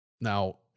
now